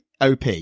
OP